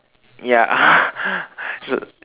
ya so